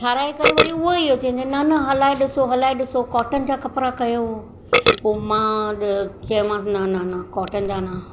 ठाहिराए करे वरी उहा ई चइजे न न हलाए ॾिसो हलाए ॾिसो कॉटन जा कपिड़ा कयो पोइ मां चयोमास न न न कॉटन जा न